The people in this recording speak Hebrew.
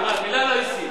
מלה לא הסית.